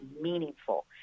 meaningful